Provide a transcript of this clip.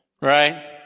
right